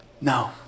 no